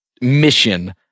mission